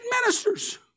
ministers